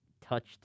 touched